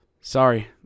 Sorry